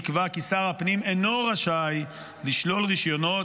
נקבע כי שר הפנים אינו רשאי לשלול רישיונות